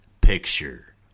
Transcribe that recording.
picture